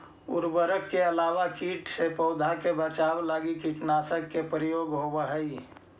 उर्वरक के अलावा कीट से पौधा के बचाव लगी कीटनाशक के प्रयोग होवऽ हई